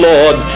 Lord